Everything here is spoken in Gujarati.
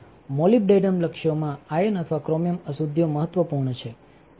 મોલીબડેનમ લક્ષ્યોમાં આયર્ન અથવા ક્રોમિયમ અશુદ્ધિઓ મહત્વપૂર્ણ છેતે કોણ છે